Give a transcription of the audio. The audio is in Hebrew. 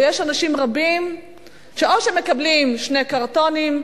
ויש אנשים רבים שמקבלים שני קרטונים,